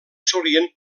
solien